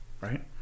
right